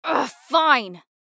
Fine